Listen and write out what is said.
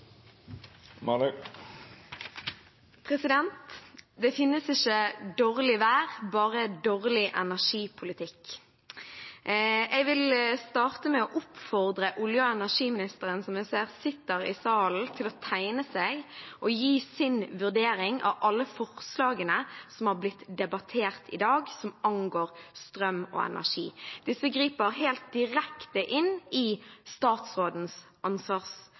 Det finnes ikke dårlig vær, bare dårlig energipolitikk. Jeg vil starte med å oppfordre olje- og energiministeren, som jeg ser sitter i salen, til å tegne seg og gi sin vurdering av alle forslagene som har blitt debattert i dag, som angår strøm og energi. Disse griper direkte inn i statsrådens